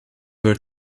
were